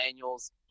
annuals